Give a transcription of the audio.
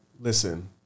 listen